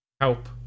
help